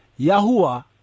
Yahuwah